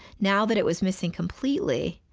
now that it was missing completely,